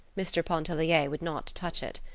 mr. pontellier would not touch it.